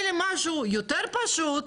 אלא משהו יותר פשוט,